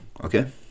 okay